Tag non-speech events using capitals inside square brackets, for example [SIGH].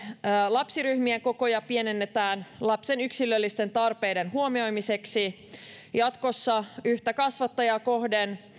lapsiryhmien kokoja pienennetään lapsen yksilöllisten tarpeiden huomioimiseksi jatkossa yhtä kasvattajaa kohden [UNINTELLIGIBLE]